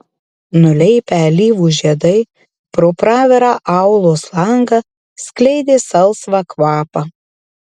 nuleipę alyvų žiedai pro pravirą aulos langą skleidė salsvą kvapą